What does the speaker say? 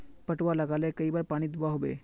पटवा लगाले कई बार पानी दुबा होबे?